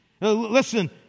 Listen